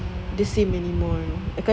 mm